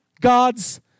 God's